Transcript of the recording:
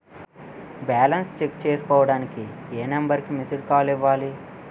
Balance check చేసుకోవటానికి ఏ number కి మిస్డ్ కాల్ ఇవ్వాలి?